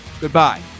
Goodbye